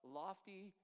lofty